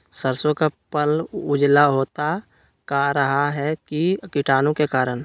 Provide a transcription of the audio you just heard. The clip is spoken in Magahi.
सरसो का पल उजला होता का रहा है की कीटाणु के करण?